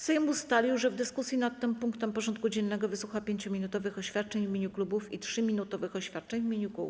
Sejm ustalił, że w dyskusji nad tym punktem porządku dziennego wysłucha 5-minutowych oświadczeń w imieniu klubów i 3-minutowych oświadczeń w imieniu kół.